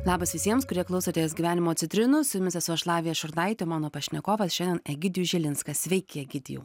labas visiems kurie klausotės gyvenimo citrinų su jumis esu aš lavija šurnaitė mano pašnekovas šiandien egidijus žilinskas sveiki egidijau